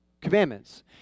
commandments